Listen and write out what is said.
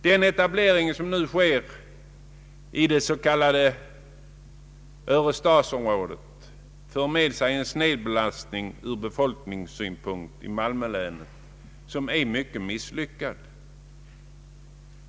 Den etablering som nu sker i det s.k. Örestadsområdet för med sig en snedbelastning ur befolkningssynpunkt i Malmölänet som är mycket misslyckad.